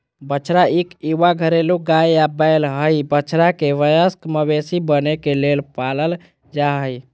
बछड़ा इक युवा घरेलू गाय या बैल हई, बछड़ा के वयस्क मवेशी बने के लेल पालल जा हई